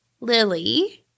Lily